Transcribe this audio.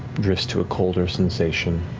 drifts to a colder sensation,